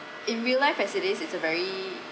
in real life as it is it's a very